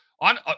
on